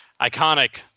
iconic